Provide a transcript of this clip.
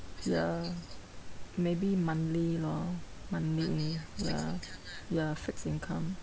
ya maybe monthly lor monthly only ya ya fixed income